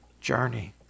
journey